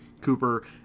Cooper